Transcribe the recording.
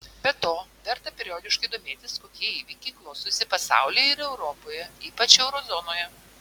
be to verta periodiškai domėtis kokie įvykiai klostosi pasaulyje ir europoje ypač euro zonoje